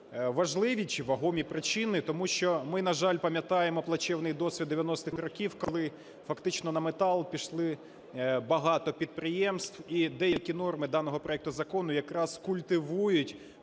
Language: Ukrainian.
важливі чи вагомі причини. Тому що ми, на жаль, пам'ятаємо плачевний досвід 90-х років, коли фактично на метал пішли багато підприємств, і деякі норми даного проекту закону якраз культивують